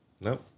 no